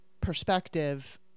perspective